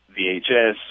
VHS